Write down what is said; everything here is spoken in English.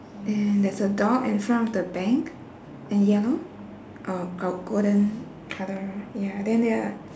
and there's a dog in front of the bank in yellow or oh golden colour ya then ya